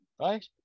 right